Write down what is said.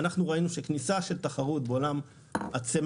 אנחנו ראינו שכניסה של תחרות בעולם הצמנט,